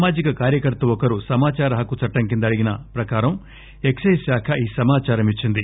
సామాజిక కార్యకర్త ఒకరు సమాచార హక్కు చట్టం కింద అడిగిన ప్రకారం ఎక్సయిజ్ శాఖ ఈ సమాచారం ఇచ్చింది